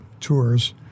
tours